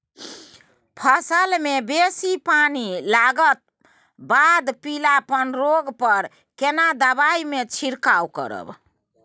फसल मे बेसी पानी लागलाक बाद पीलापन रोग पर केना दबाई से छिरकाव करब?